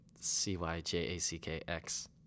c-y-j-a-c-k-x